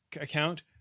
account